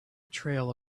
trail